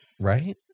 Right